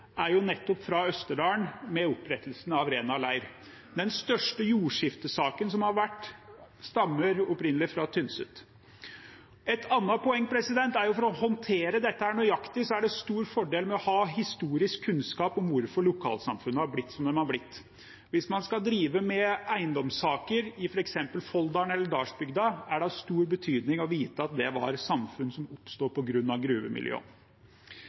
er nettopp fra Østerdalen, med opprettelsen av Rena leir. Den største jordskiftesaken som har vært, stammer opprinnelig fra Tynset. Et annet poeng er at for å håndtere dette her nøyaktig er det en stor fordel å ha historisk kunnskap om hvorfor lokalsamfunn har blitt som de har blitt. Hvis man skal drive med eiendomssaker i f.eks. Folldal eller Dalsbygda, er det av stor betydning å vite at det er samfunn som